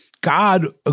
God